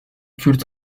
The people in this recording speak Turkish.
kürt